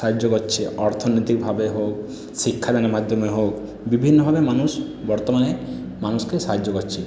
সাহায্য করছে অর্থনীতিকভাবে হোক শিক্ষাদানের মাধ্যমে হোক বিভিন্নভাবে মানুষ বর্তমানে মানুষকে সাহায্য করছে